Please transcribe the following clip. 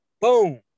Boom